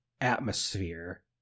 atmosphere